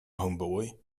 homeboy